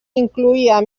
incloïa